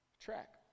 track